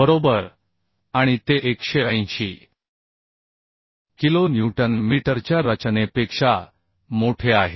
बरोबर आणि ते 180 किलो न्यूटन मीटरच्या रचनेपेक्षा मोठे आहे